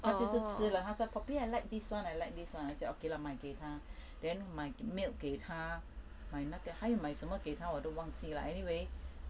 她就是吃了 poppy I like this [one] I like this [one] I said okay lah 买给她 then 买 milk 给她买那个还有买什么给她我都忘记啦 anyway